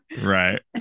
right